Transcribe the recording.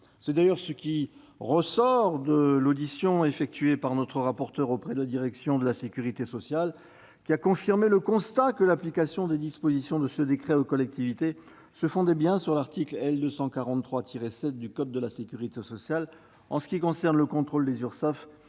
C'est d'ailleurs ce qui ressort de l'audition effectuée par notre rapporteur de représentants de la direction de la sécurité sociale, qui ont confirmé que l'application des dispositions de ce décret aux collectivités se fondait sur l'article L. 243-7 du code de la sécurité sociale en ce qui concerne le contrôle des Urssaf